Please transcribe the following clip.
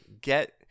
get